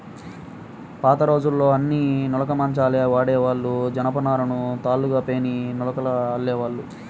పాతరోజుల్లో అన్నీ నులక మంచాలే వాడేవాళ్ళు, జనపనారను తాళ్ళుగా పేని నులకగా అల్లేవాళ్ళు